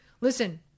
Listen